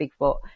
Bigfoot